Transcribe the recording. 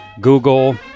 Google